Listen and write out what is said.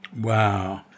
Wow